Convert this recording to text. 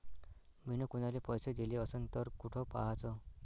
मिन कुनाले पैसे दिले असन तर कुठ पाहाचं?